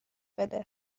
بده